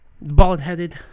Bald-headed